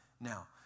now